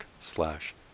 slash